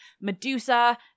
Medusa